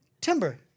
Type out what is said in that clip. Timber